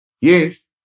Yes